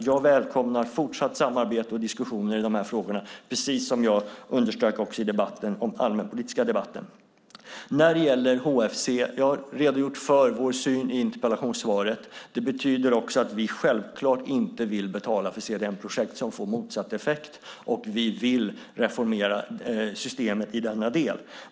Jag välkomnar fortsatt samarbete och diskussioner i de frågorna, precis som jag underströk i den allmänpolitiska debatten. När det gäller HFC har jag redogjort för vår syn i interpellationssvaret. Det betyder också att vi självklart inte vill betala för CDM-projekt som får motsatt effekt. Vi vill reformera systemet i denna del.